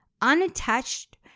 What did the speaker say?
unattached